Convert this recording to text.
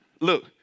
look